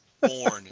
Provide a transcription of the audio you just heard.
born